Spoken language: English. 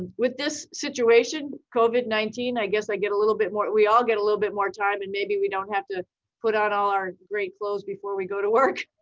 with this situation, covid nineteen i guess i get a little bit more, we all get a little bit more time and maybe we don't have to put out all our great clothes before we go to work.